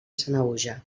sanaüja